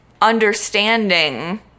understanding